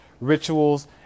rituals